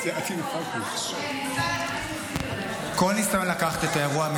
קודם כול, אני בכלל לא מתבדחת על זה.